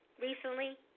recently